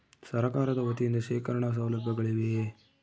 ಸರಕಾರದ ವತಿಯಿಂದ ಶೇಖರಣ ಸೌಲಭ್ಯಗಳಿವೆಯೇ?